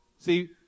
See